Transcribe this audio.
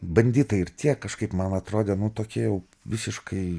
banditai ir tie kažkaip man atrodė tokie jau visiškai